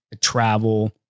travel